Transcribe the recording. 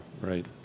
right